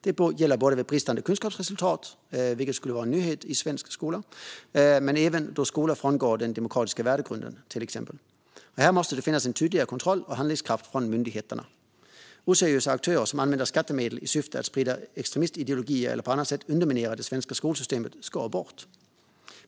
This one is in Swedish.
Detta gäller vid bristande kunskapsresultat, vilket skulle vara en nyhet i svensk skola, men även då skolor frångår den demokratiska värdegrunden, till exempel. Här måste det finnas en tydligare kontroll och handlingskraft från myndigheterna. Oseriösa aktörer som använder skattemedel i syfte att sprida extremistideologier eller som på annat sätt underminerar det svenska skolsystemet ska bort.